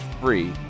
free